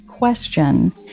question